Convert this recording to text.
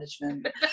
management